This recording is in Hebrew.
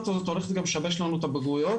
הזאת הולכת גם לשבש לנו את הבגרויות,